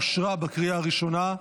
אושרה בקריאה הראשונה,